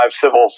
civil